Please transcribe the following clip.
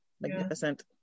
Magnificent